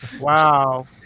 wow